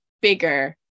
bigger